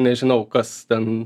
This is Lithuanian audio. nežinau kas ten